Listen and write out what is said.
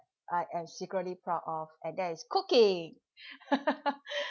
I am secretly proud of and that is cooking